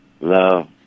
love